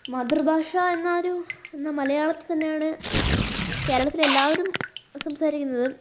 മാതൃഭാഷ എന്നാരും ഇന്ന് മലയാളത്തിൽ തന്നെയാണ് കേരളത്തിലെ എല്ലാവരും സംസാരിക്കുന്നത്